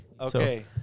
Okay